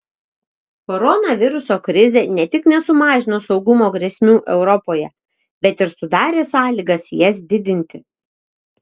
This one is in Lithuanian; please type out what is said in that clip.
koronaviruso krizė ne tik nesumažino saugumo grėsmių europoje bet ir sudarė sąlygas jas didinti